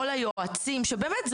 או ליועצים שבאמת,